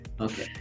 Okay